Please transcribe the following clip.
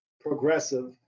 progressive